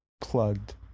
plugged